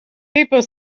people